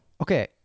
okay